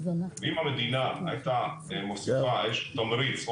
אם המדינה הייתה מוסיפה איזשהו תמריץ,